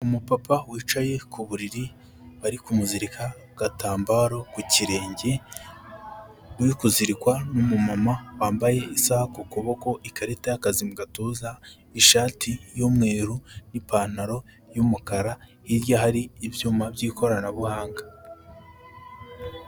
Umu papa wicaye ku buriri bari kumuzirika agatambaro mu kirenge uri kuzirikwa n'umu mama wambaye isaha ku kuboko, ikarita y'akazi mu gatuza, ishati y'umweru n'ipantaro y'umukara, hirya hari ibyuma by'ikoranabuhanga.